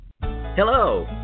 Hello